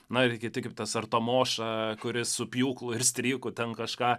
na ir kiti kaip tas artomoša kuris su pjūklu ir stryku ten kažką